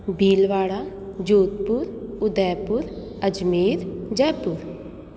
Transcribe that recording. Bhilwara Jodhpur Udaipur Ajmer Jaipur